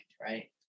right